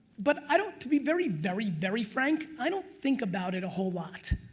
but i don't. to be very, very, very frank, i don't think about it a whole lot,